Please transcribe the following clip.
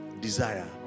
Desire